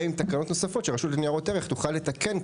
ועם תקנות נוספות שהרשות לניירות ערך תוכל לתקן.